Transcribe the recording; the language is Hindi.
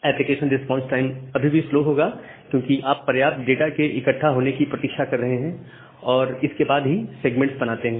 एप्लीकेशन रिस्पांस टाइम अभी भी स्लो होगा क्योंकि आप पर्याप्त डाटा के इकट्ठे होने की प्रतीक्षा कर रहे हैं और इसके बाद ही सेगमेंट बनाते हैं